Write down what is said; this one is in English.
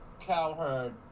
Cowherd